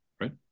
right